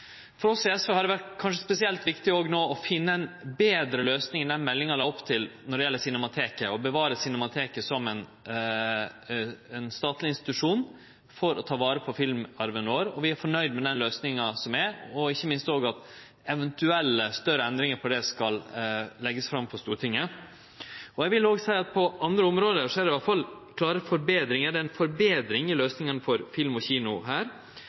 For oss i SV har det no vore kanskje spesielt viktig å finne ei betre løysing enn den som meldinga la opp til når det gjeld Cinemateket, og det å bevare Cinemateket som ein statleg institusjon for å ta vare på filmarven vår, og vi er fornøgde med den løysinga som er, og ikkje minst òg at eventuelle større endringar på det skal verte lagt fram for Stortinget. Eg vil seie at òg på andre områder er det i alle fall klare forbetringar: Det er ei forbetring i løysingane for